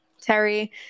Terry